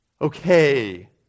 Okay